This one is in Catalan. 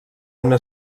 una